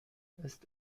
ist